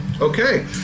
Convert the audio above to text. Okay